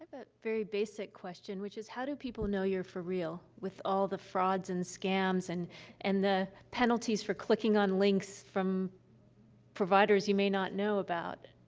but very basic question, which is, how do people know you're for real with all the frauds and scams and and the penalties for clicking on links from providers you may not know about?